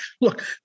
Look